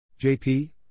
JP